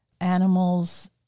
animals